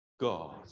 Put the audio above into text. God